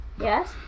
yes